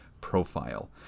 profile